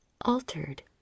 altered